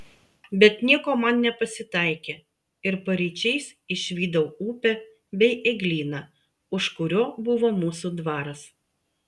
bet nieko man nepasitaikė ir paryčiais išvydau upę bei eglyną už kurio buvo mūsų dvaras